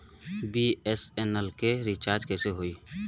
BSNL के recharge कैसे होयी?